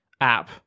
app